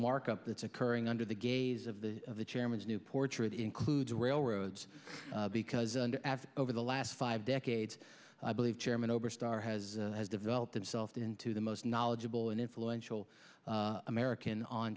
markup that's occurring under the gaze of the of the chairman's new portrait includes railroads because over the last five decades i believe chairman oberstar has has developed itself into the most knowledgeable and influential american on